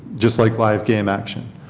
just like live game action.